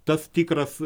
tas tikras